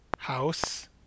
House